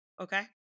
Okay